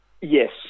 Yes